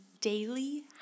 daily